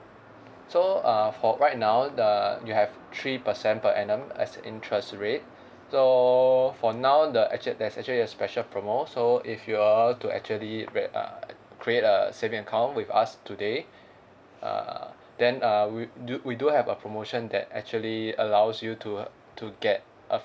so uh for right now the you have three percent per annum as interest rate so for now the actually there's actually a special promo so if you were to actually create uh create a saving account with us today err then uh we do we do have a promotion that actually allows you to to get a